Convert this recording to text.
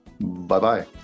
bye-bye